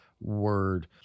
word